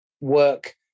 work